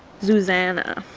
zuzana!